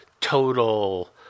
total